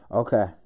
okay